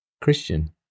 Christian